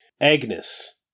Agnes